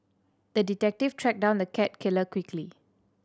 the detective tracked down the cat killer quickly